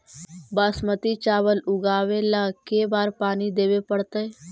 बासमती चावल उगावेला के बार पानी देवे पड़तै?